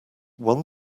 one